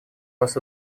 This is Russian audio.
вас